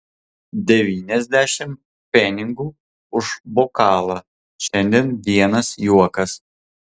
devyniasdešimt pfenigų už bokalą šiandien vienas juokas